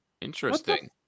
Interesting